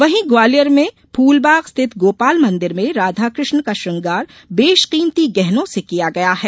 वहीं ग्वालियर में फूलबाग स्थित गोपाल मंदिर में राधा कृष्ण का श्रृंगार बेशकीमती गहनों से किया गया है